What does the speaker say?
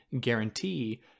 guarantee